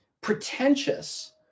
pretentious